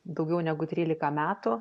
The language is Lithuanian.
daugiau negu trylika metų